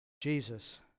Jesus